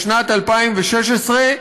בשנת 2016,